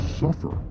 suffer